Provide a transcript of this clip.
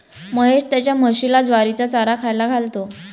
महेश त्याच्या म्हशीला ज्वारीचा चारा खायला घालतो